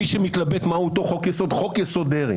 מי שמתלבט מהו אותו חוק יסוד חוק יסוד: דרעי